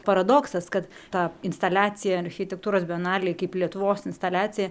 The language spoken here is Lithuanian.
paradoksas kad ta instaliacija architektūros bienalėj kaip lietuvos instaliacija